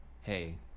Hey